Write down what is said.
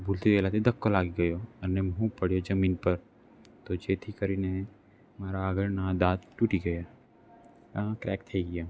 ભૂલથી એનાથી ધક્કો લાગી ગયો અને હું પડ્યો જમીન પર તો જેથી કરીને મારા આગળના દાંત તૂટી ગયા ક્રેક થઈ ગયા